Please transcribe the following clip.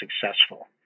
successful